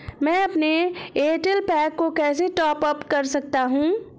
मैं अपने Airtel pack को कैसे टॉप अप कर सकता हूँ?